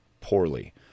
poorly